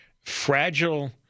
fragile